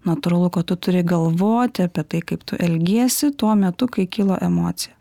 natūralu kad tu turi galvoti apie tai kaip tu elgiesi tuo metu kai kilo emocija